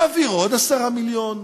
להעביר עוד 10 מיליון,